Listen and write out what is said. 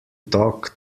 talk